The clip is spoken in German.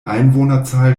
einwohnerzahl